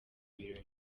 birori